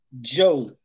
Joe